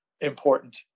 important